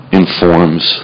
informs